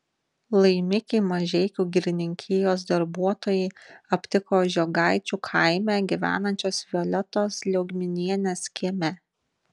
laimikį mažeikių girininkijos darbuotojai aptiko žiogaičių kaime gyvenančios violetos liaugminienės kieme